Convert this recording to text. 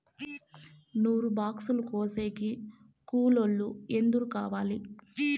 నూరు బాక్సులు కోసేకి కూలోల్లు ఎందరు కావాలి?